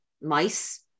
mice